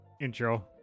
intro